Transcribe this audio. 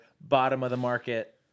bottom-of-the-market